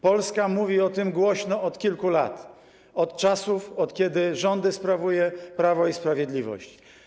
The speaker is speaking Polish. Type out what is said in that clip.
Polska mówi o tym głośno od kilku lat, od kiedy rządy sprawuje Prawo i Sprawiedliwość.